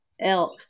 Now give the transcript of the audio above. Elk